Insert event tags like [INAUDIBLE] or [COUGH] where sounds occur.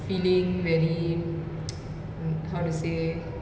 feeling very [NOISE] mm how to say